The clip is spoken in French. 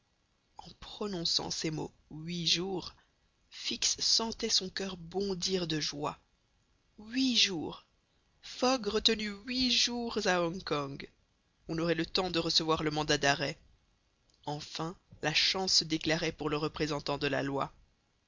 en prononçant ces mots huit jours fix sentait son coeur bondir de joie huit jours fogg retenu huit jours à hong kong on aurait le temps de recevoir le mandat d'arrêt enfin la chance se déclarait pour le représentant de la loi